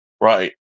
right